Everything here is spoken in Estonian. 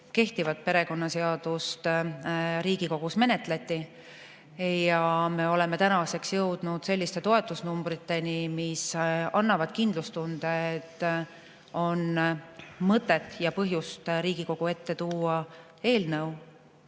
kehtivat perekonnaseadust Riigikogus menetleti. Ja me oleme tänaseks jõudnud selliste toetusnumbriteni, mis annavad kindlustunde, et on mõtet ja põhjust Riigikogu ette tuua eelnõu,